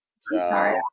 Sorry